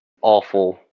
awful